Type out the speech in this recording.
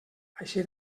així